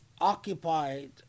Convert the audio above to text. occupied